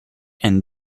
and